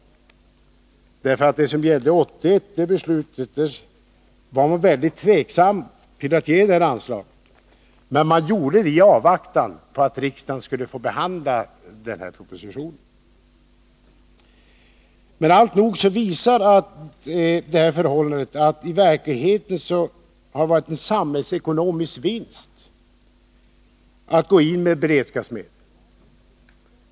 Man var nämligen tveksam när man fattade beslutet för 1981. Man fattade emellertid beslutet i avvaktan på att riksdagen skulle få den här propositionen. Alltnog visar det sig att det har betytt en samhällsekonomisk vinst att gå in med beredskapsmedel.